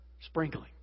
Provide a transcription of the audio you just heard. sprinkling